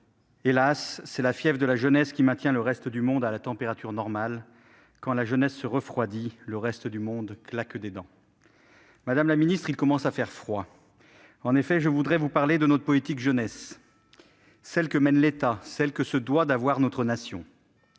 Hélas ! c'est la fièvre de la jeunesse qui maintient le reste du monde à la température normale. Quand la jeunesse se refroidit, le reste du monde claque des dents. » Madame la secrétaire d'État, il commence à faire froid ! Je voudrais ici évoquer notre politique de la jeunesse : celle que mène l'État, celle que se doit d'avoir notre nation.